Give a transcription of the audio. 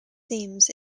themes